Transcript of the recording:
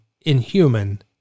inhuman